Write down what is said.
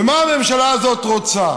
ומה הממשלה הזאת רוצה?